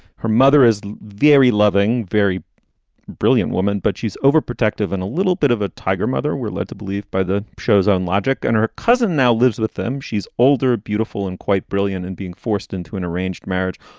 her mother is very loving, very brilliant woman, but she's overprotective. and a little bit of a tiger mother were led to believe by the show's own logic and her cousin now lives with them. she's older, beautiful and quite brilliant and being forced into an arranged marriage,